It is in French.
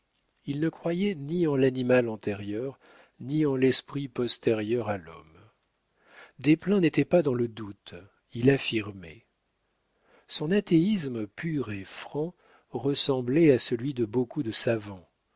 il ne croyait ni en l'animal antérieur ni en l'esprit postérieur à l'homme desplein n'était pas dans le doute il affirmait son athéisme pur et franc ressemblait à celui de beaucoup de savants